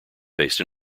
based